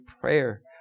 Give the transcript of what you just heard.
prayer